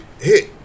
hit